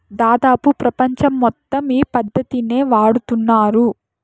దాదాపు ప్రపంచం మొత్తం ఈ పద్ధతినే వాడుతున్నారు